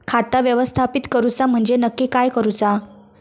खाता व्यवस्थापित करूचा म्हणजे नक्की काय करूचा?